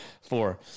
Four